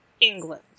england